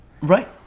Right